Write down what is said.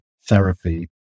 therapy